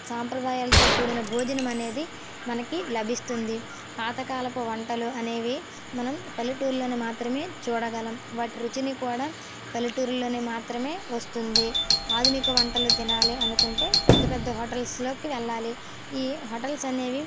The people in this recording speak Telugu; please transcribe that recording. సాంప్రదాయాలతో కూడిన భోజనం అనేది మనకు లభిస్తుంది పాతకాలపు వంటలు అనేవి మనం పల్లెటూరిలో మాత్రమే చూడగలము వాటి రుచిని కూడా పల్లెటూళ్ళు మాత్రమే వస్తుంది ఆధునిక వంటలు తినాలి అనుకుంటే పెద్ద పెద్ద హోటల్స్కి వెళ్ళాలి ఈ హోటల్స్ అనేవి